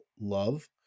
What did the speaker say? love